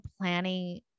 planning